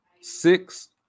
Six